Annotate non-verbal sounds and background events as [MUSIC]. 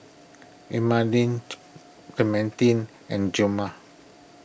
[UNINTELLIGIBLE] Clementine and Gilmer